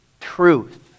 truth